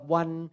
one